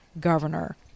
governor